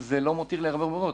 זה לא מותיר לי הרבה ברירות.